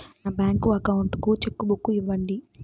నా bank account కు cheque book ఇవ్వండి